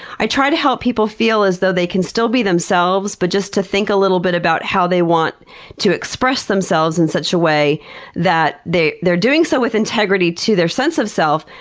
i try to help people feel as though they can still be themselves, but just to think a little bit about how they want to express themselves in such a way that they're doing so with integrity to their sense of self,